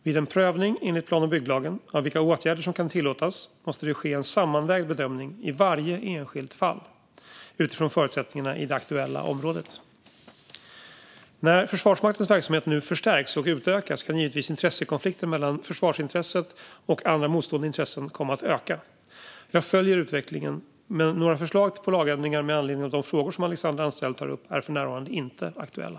Vid en prövning, enligt plan och bygglagen, av vilka åtgärder som kan tillåtas måste det ske en sammanvägd bedömning i varje enskilt fall, utifrån förutsättningarna i det aktuella området. När Försvarsmaktens verksamhet nu förstärks och utökas kan givetvis intressekonflikter mellan försvarsintresset och andra motstående intressen komma att öka. Jag följer utvecklingen, men några förslag på lagändringar med anledning av de frågor som Alexandra Anstrell tar upp är för närvarande inte aktuella.